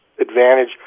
advantage